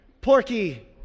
Porky